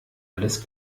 alles